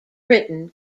written